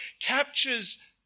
captures